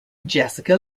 jessica